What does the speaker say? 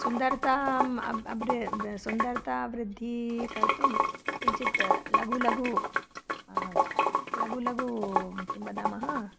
सुन्दरताम् अब् अब्र सुन्दरता अभिवृद्धि कर्तुं किञ्चित् लघु लगु लघु लघु किं वदामः